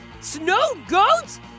Snow-goats